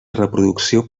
reproducció